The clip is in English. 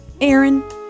Aaron